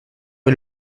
est